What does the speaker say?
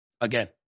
Again